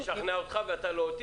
לא הצלחתי לשכנע אותך ואתה לא אותי.